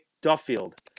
Duffield